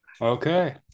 Okay